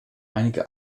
einige